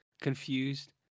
confused